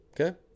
Okay